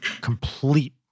complete